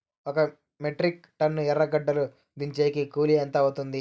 ఒక metric tonne ఎర్రగడ్డలు దించేకి కూలి ఎంత అవుతుంది?